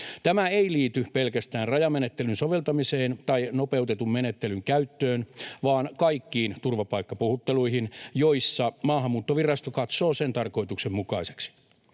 Tämä ei liity pelkästään rajamenettelyn soveltamiseen tai nopeutetun menettelyn käyttöön, vaan kaikkiin turvapaikkapuhutteluihin, joissa Maahanmuuttovirasto katsoo sen tarkoituksenmukaiseksi.